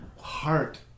Heart